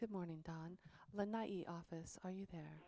good morning don office are you there